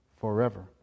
forever